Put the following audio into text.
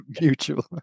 mutual